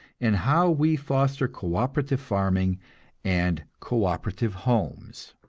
and how we foster co-operative farming and co-operative homes.